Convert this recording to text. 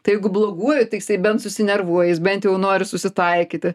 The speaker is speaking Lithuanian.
tai jeigu bloguoja tai jis bent susinervuoja jis bent jau nori susitaikyti